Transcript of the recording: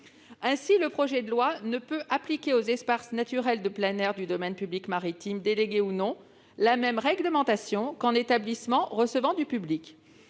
Ainsi, le projet de loi ne peut appliquer aux espaces naturels de plein air du domaine public maritime, délégués ou non, la même réglementation qu'à un établissement recevant du public.